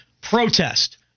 protest